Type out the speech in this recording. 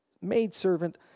maidservant